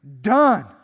done